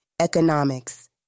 economics